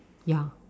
ya